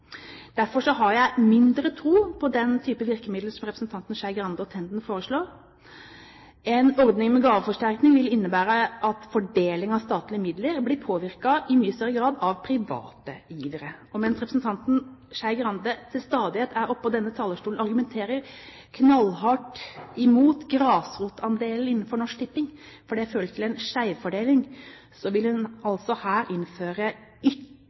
Derfor har jeg mindre tro på den typen virkemidler som representantene Skei Grande og Tenden foreslår. En ordning med gaveforsterkning vil innebære at fordeling av statlige midler i mye større grad blir påvirket av private givere. Mens representanten Skei Grande til stadighet er oppe på denne talerstolen og argumenterer knallhardt mot grasrotandelen innenfor Norsk Tipping fordi det fører til en skjevfordeling, vil hun altså her innføre